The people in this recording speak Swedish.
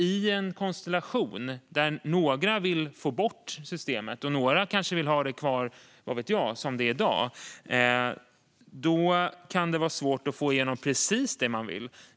I en konstellation där några vill få bort systemet och några kanske vill ha kvar det som det är i dag - vad vet jag - är det klart att det kan vara svårt att få igenom precis det man vill.